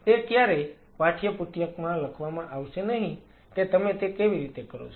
તે ક્યારેય પાઠ્યપુસ્તકમાં લખવામાં આવશે નહીં કે તમે તે કેવી રીતે કરો છો